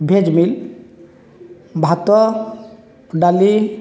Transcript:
veg meal ଭାତ ଡାଲି